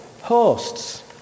hosts